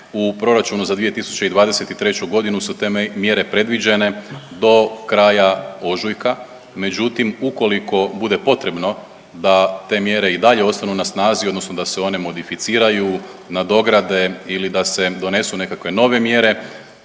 u proračunu za 2023. godinu su te mjere predviđene do kraja ožujka. Međutim, ukoliko bude potrebno da te mjere i dalje ostanu na snazi, odnosno da se one modificiraju, nadograde ili da se donesu nekakve nove mjere